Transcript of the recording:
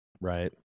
right